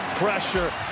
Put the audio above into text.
Pressure